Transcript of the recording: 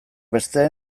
beste